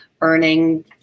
earning